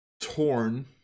torn